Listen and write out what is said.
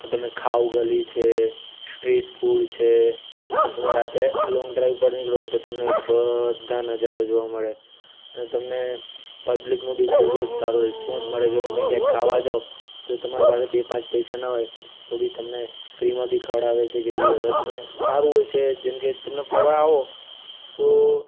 તો તમે ખાઉ ગલી છે સ્ટ્રીટ ફૂડ છે તમે રાત્રે લોંગ ડ્રાઈવ પર નીકળો તો તમને બધા નજારા જોવા મળે અને તમને પબ્લિકનો બી ખૂબ જ સારો રિસપોન્સ મળે છે તમે ક્યાંક ખાવા જાઓ તો તમારા પાસે બે પાંચ પૈસા ન હોય તો બી તમને ફ્રીમાં બી ખવડાવે છે કેટલી વખત ને સારું હોય છે જેમ કે તમને ફરવા આવો તો